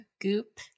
goop